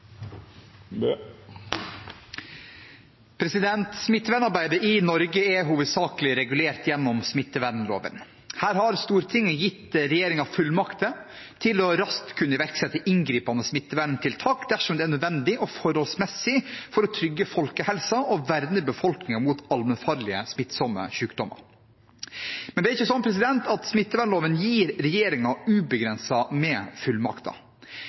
i Norge er hovedsakelig regulert gjennom smittevernloven. Her har Stortinget gitt regjeringen fullmakter til raskt å kunne iverksette inngripende smitteverntiltak dersom det er nødvendig og forholdsmessig for å trygge folkehelsen og verne befolkningen mot allmennfarlige, smittsomme sykdommer. Men smittevernloven gir ikke regjeringen ubegrensede fullmakter. Smittevernloven